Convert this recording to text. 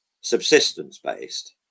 subsistence-based